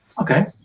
Okay